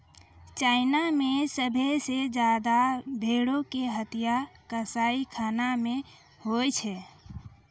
China मे सभ्भे से ज्यादा भेड़ो के हत्या कसाईखाना मे होय छै